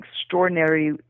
extraordinary